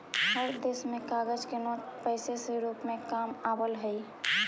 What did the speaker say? हर देश में कागज के नोट पैसे से रूप में काम आवा हई